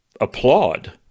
applaud